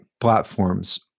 platforms